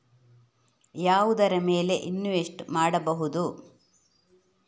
ಯಾವುದರ ಮೇಲೆ ಇನ್ವೆಸ್ಟ್ ಮಾಡಬಹುದು?